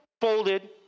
folded